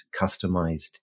customized